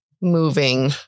moving